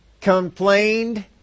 Complained